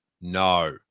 no